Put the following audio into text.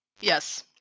Yes